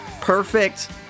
perfect